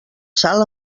sal